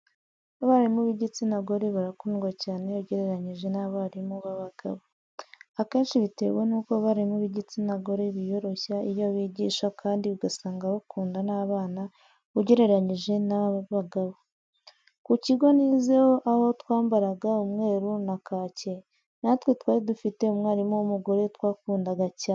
Abarimu b'igitsina gore barakundwa cyane ugereranyije n'abarimu b'abagabo. Akenshi biterwa n'uko abarimu b'igitsina gore biyoroshya iyo bigisha kandi ugasanga bakunda n'abana ugereranyije n'abagabo. Ku kigo nizeho aho twambaraga umweru na kake natwe twari dufite umwarimu w'umugore twakundaga cyane.